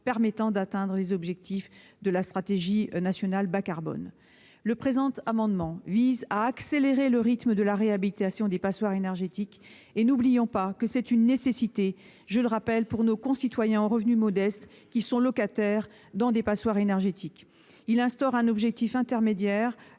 permettant d'atteindre les objectifs de la stratégie nationale bas-carbone. Le présent amendement vise à accélérer le rythme de réhabilitation des passoires énergétiques ; n'oublions pas que c'est une nécessité pour nos concitoyens aux revenus modestes qui sont locataires dans des passoires énergétiques. Il tend à instaurer un objectif intermédiaire